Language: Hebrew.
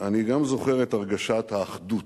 אני גם זוכר את הרגשת האחדות,